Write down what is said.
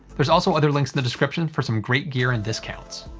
there's also other links in the description for some great gear and discounts.